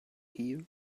hear